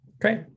Great